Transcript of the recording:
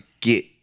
get